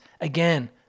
again